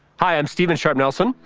hi, i'm steven sharp nelson.